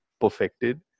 perfected